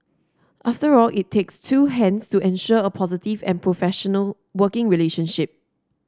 after all it takes two hands to ensure a positive and professional working relationship